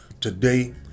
today